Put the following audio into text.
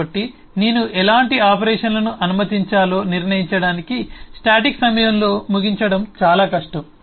కాబట్టి నేను ఎలాంటి ఆపరేషన్లను అనుమతించాలో నిర్ణయించడానికి స్టాటిక్ సమయంలో ముగించడం చాలా కష్టం